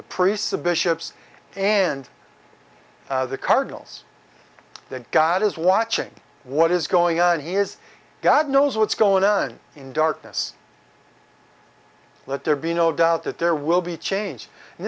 priests the bishops and the cardinals that god is watching what is going on he is god knows what's going on in darkness let there be no doubt that there will be change and